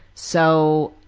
so,